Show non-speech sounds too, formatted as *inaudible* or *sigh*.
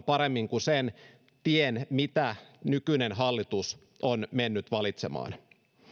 *unintelligible* paremmin kuin sen tien minkä nykyinen hallitus on mennyt valitsemaan